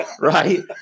Right